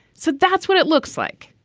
so that's what it looks like.